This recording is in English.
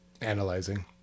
Analyzing